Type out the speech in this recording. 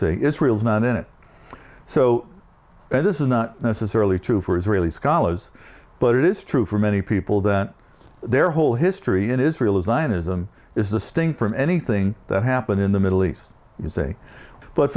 e israel is not in it so this is not necessarily true for israeli scholars but it is true for many people that their whole history in israel is line ism is the sting from anything that happened in the middle east you say but